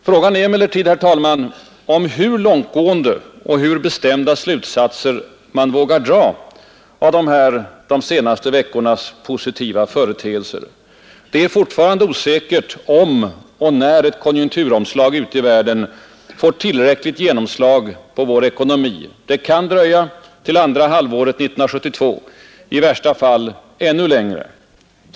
Frågan är emellertid hur långtgående och bestämda slutsatser man vågar dra av de senaste veckornas positiva företeelser. Det är fortfarande osäkert om och när ett konjunkturomslag ute i världen får tillräckligt genomslag på vår ekonomi. Det kan dröja till andra halvåret 1972, i värsta fall ännu längre.